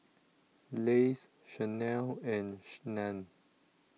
Lays Chanel and NAN